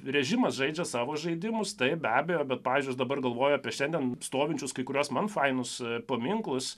režimas žaidžia savo žaidimus taip be abejo bet pavyzdžiui aš dabar galvoju apie šiandien stovinčius kai kuriuos man fainus paminklus